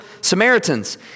Samaritans